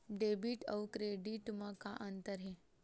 Debit अउ credit म का अंतर हे?